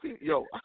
Yo